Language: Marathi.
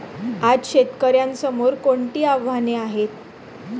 आज शेतकऱ्यांसमोर कोणती आव्हाने आहेत?